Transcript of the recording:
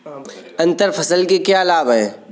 अंतर फसल के क्या लाभ हैं?